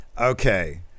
okay